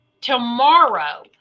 tomorrow